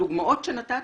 הדוגמאות שנתתי,